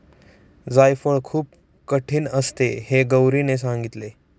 जायफळ खूप कठीण असते हे गौरीने सांगितले